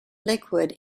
liquid